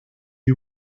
you